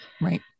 right